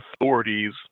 authorities